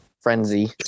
frenzy